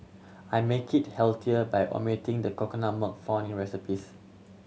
I make it healthier by omitting the coconut milk found in recipes